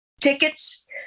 tickets